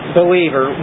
believer